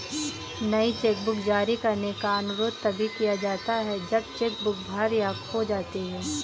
नई चेकबुक जारी करने का अनुरोध तभी किया जाता है जब चेक बुक भर या खो जाती है